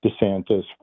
DeSantis